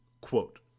Quote